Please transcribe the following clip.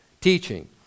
Teaching